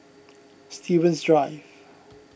Stevens Drive